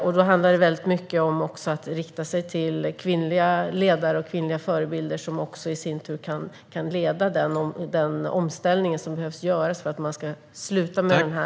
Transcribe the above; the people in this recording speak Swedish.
Det handlar också mycket om att rikta sig till kvinnliga ledare och kvinnliga förebilder, som i sin tur kan leda den omställning som behöver göras för att man ska sluta med detta.